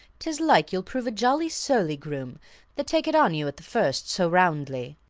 tis like you'll prove a jolly surly groom that take it on you at the first so roundly.